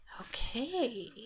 Okay